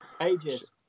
Ages